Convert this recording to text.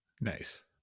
Nice